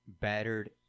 battered